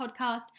podcast